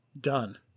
done